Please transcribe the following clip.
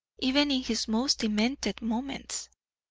even in his most demented moments.